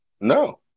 No